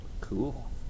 cool